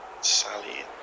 Sally